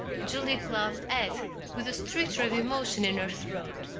julia cloud asked with a stricture of emotion in her throat.